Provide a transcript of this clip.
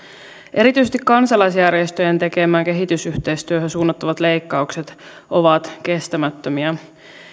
erityisesti kansalaisjärjestöjen tekemään kehitysyhteistyöhön suunnattavat leikkaukset ovat kestämättömiä